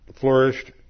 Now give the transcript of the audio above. flourished